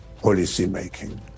policymaking